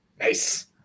Nice